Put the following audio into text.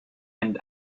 and